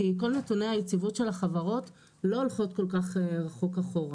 כי כל נתוני היציבות של החברות לא הולכות כל כך רחוק אחורה.